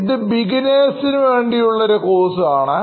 ഇത് ബിഗിനേഴ്സ് വേണ്ടിയുള്ള ഒരു കോഴ്സ്ആണ്